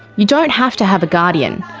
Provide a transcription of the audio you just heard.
you don't have to have a guardian.